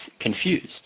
confused